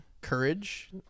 Courage